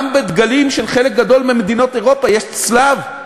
גם בדגלים של חלק גדול ממדינות אירופה יש צלב,